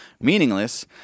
meaningless